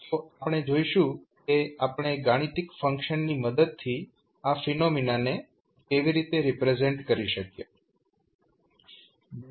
તો આપણે જોઈશું કે આપણે ગાણિતિક ફંક્શનની મદદથી આ ફિનોમિના ને કેવી રીતે રિપ્રેઝેન્ટ કરી શકીએ